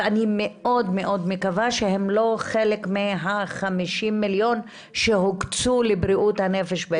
אני מאוד-מאוד מקווה שהם לא חלק מה-50 מיליון שהוקצו לבריאות הנפש.